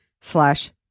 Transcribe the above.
slash